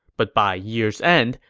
but by year's end,